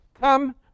come